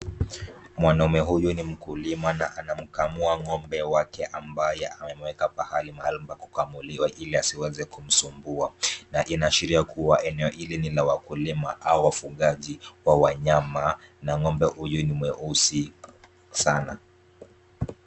Mwanamume huyu ni mkulima na anamkamua ngombe wake ambaye amemweka pahali maalum pa kukamuliwa ili asiweze kumsumbua na inaashiria kuwa eneo hili ni la wakulima au wafugaji wa wanyama na ngombe huyu ni mweusi sana.